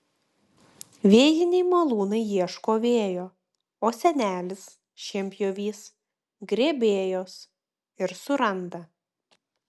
vėjiniai malūnai ieško vėjo o senelis šienpjovys grėbėjos ir suranda